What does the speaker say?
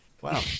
wow